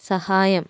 സഹായം